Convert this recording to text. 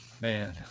man